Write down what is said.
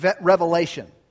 revelation